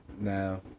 No